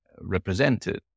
represented